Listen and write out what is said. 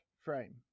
frame